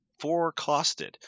four-costed